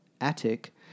attic